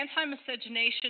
Anti-miscegenation